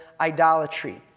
idolatry